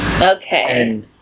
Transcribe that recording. Okay